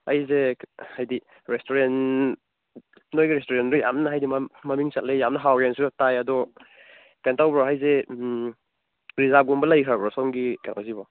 ꯑꯩꯖꯦ ꯍꯥꯏꯗꯤ ꯔꯦꯁꯇꯨꯔꯦꯟ ꯅꯈꯣꯏꯒꯤ ꯔꯦꯁꯇꯨꯔꯦꯟꯗꯣ ꯌꯥꯝꯅ ꯍꯥꯏꯗꯤ ꯃꯃꯤꯡ ꯆꯠꯂꯦ ꯌꯥꯝꯅ ꯍꯥꯎꯋꯦꯅꯁꯨ ꯇꯥꯏ ꯑꯗꯣ ꯀꯩꯅꯣ ꯇꯧꯕ꯭ꯔꯣ ꯍꯥꯏꯗꯤ ꯔꯤꯖꯥꯞꯀꯨꯝꯕ ꯂꯩꯈ꯭ꯔꯕꯣ ꯁꯣꯝꯒꯤ ꯀꯩꯅꯣꯁꯤꯕꯣ